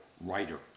writer